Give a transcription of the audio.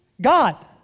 God